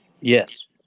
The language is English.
yes